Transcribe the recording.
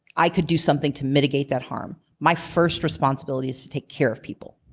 i could do something to mitigate that harm. my first responsibility is to take care of people.